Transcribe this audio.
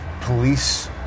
police